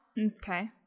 okay